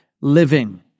living